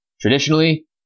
traditionally